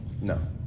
No